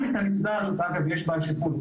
גם בנקודה הזאת יש שיפור,